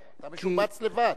אתה משובץ לבד.